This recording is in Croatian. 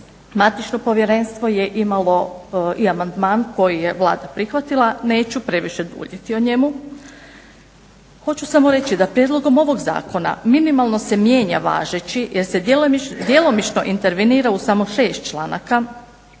matično povjerenstvo je imalo i amandman koji je Vlada prihvatila, neću previše duljiti o njemu. Hoću samo reći da prijedlogom ovog zakona minimalno se mijenja važeći, jer se djelomično intervenira u samo 6 članaka